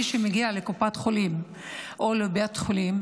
מי שמגיע לקופת חולים או לבית חולים,